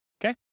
okay